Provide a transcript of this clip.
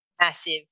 massive